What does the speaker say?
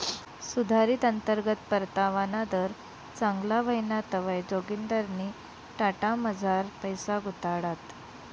सुधारित अंतर्गत परतावाना दर चांगला व्हयना तवंय जोगिंदरनी टाटामझार पैसा गुताडात